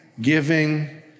giving